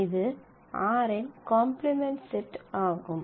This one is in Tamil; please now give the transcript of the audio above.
இது r இன் காம்ப்ளிமென்ட் செட் ஆகும்